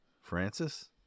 Francis